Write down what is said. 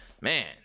man